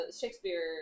Shakespeare